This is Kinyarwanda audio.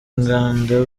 inganda